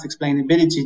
explainability